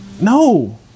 No